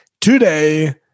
Today